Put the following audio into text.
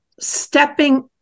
stepping